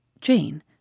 Jane